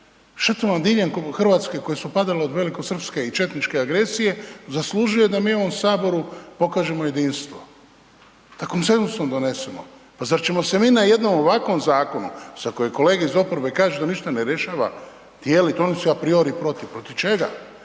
diljem Hrvatske koje su padale od velikosrpske i četničke agresije zaslužuje da mi u ovom Saboru pokažemo jedinstvo. Da konsenzusom donesemo. Pa zar ćemo se mi na jednom ovakvom zakonu, za koje kolege iz oporbe kažu da ništa ne rješava, .../Govornik se ne razumije./... apriori protiv, protiv čega?